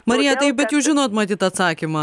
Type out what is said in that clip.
marija bet jūs žinot matyt atsakymą